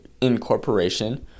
incorporation